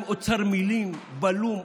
עם אוצר מילים בלום,